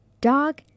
dog